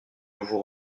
vous